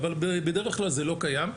אבל בדרך כלל זה לא קיים,